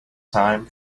time